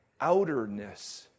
outerness